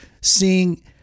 seeing